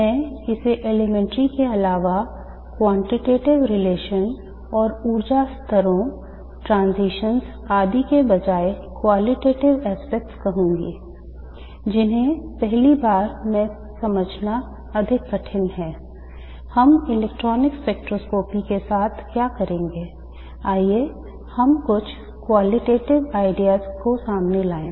मैं इसे elementary के अलावा मात्रात्मक संबंधों को सामने लाएं